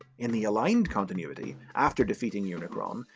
in the aligned continuity, after defeating unicron,